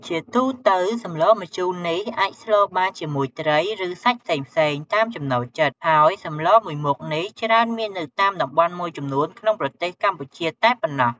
ជាទូទៅ សម្លម្ជូរនេះអាចស្លបានជាមួយត្រី ឬសាច់ផ្សេងៗ តាមចំណូលចិត្ត ហើយសម្លមួយមុខនេះច្រើនមាននៅតាមតំបន់មួយចំនួនក្នុងប្រទេសកម្ពុជាតែប៉ុណ្ណោះ។